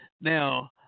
Now